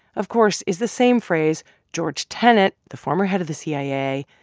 of course, is the same phrase george tenet, the former head of the cia,